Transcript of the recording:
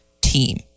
team